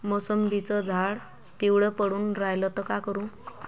मोसंबीचं झाड पिवळं पडून रायलं त का करू?